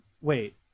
Wait